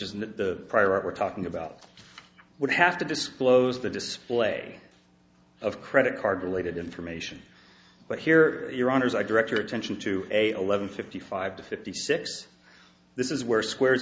in the prior art we're talking about would have to disclose the display of credit card related information but here your honour's i direct your attention to a eleven fifty five to fifty six this is where squares